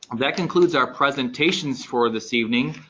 um that concludes our presentations for this evening.